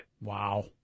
Wow